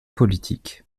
politique